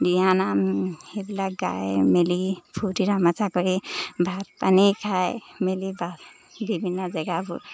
দিহানাম সেইবিলাক গাই মেলি ফূৰ্তি তামচা কৰি ভাত পানী খাই মেলি বা বিভিন্ন জেগাবোৰ